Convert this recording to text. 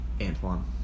Antoine